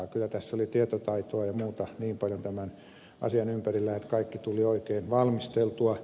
kyllä tässä oli tietotaitoa ja muuta niin paljon tämän asian ympärillä että kaikki tuli oikein valmisteltua